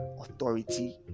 authority